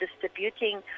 distributing